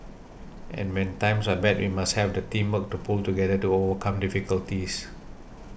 and when times are bad we must have the teamwork to pull together to overcome difficulties